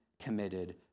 committed